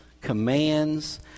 commands